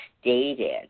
stated